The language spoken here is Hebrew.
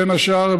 בין השאר,